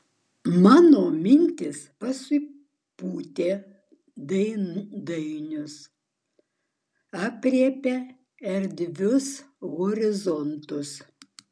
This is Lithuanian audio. mano mintys pasipūtė dainius aprėpia erdvius horizontus